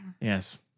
yes